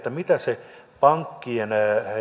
mitä ne pankkien